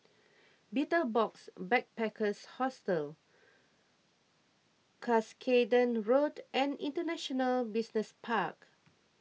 Betel Box Backpackers Hostel Cuscaden Road and International Business Park